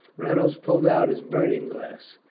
reynolds pulled out his burning-glass.